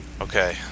Okay